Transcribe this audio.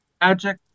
magic